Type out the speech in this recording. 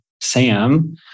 Sam